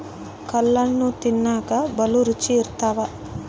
ಕಲ್ಲಣ್ಣು ತಿನ್ನಕ ಬಲೂ ರುಚಿ ಇರ್ತವ